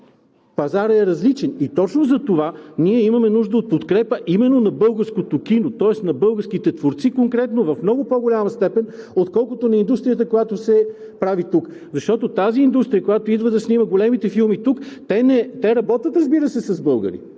Пазарът е различен и точно затова имаме нужда от подкрепа именно на българското кино, тоест на българските творци конкретно в много по-голяма степен, отколкото на индустрията, която се прави тук. Защото индустрията, която идва да снима големите филми тук, те работят, разбира се, с българи,